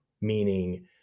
meaning